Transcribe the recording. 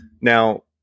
Now